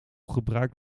gebruikt